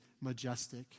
majestic